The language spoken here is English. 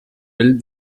built